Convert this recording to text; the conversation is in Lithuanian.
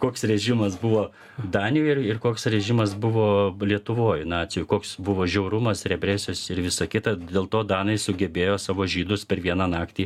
koks režimas buvo danijoj ir ir koks režimas buvo lietuvoje nacių koks buvo žiaurumas represijos ir visa kita dėl to danai sugebėjo savo žydus per vieną naktį